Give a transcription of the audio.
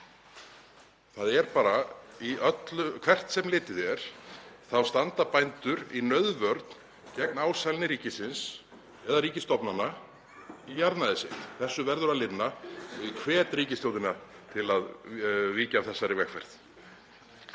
Það er bara í öllu, hvert sem litið er standa bændur í nauðvörn gegn ásælni ríkisins eða ríkisstofnana í jarðnæði sitt. Þessu verður að linna og ég hvet ríkisstjórnina til að víkja af þessari vegferð.